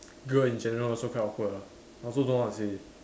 girl in general also quite awkward lah I also don't know what to say